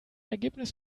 ergebnis